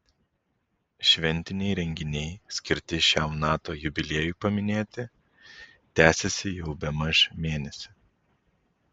šventiniai renginiai skirti šiam nato jubiliejui paminėti tęsiasi jau bemaž mėnesį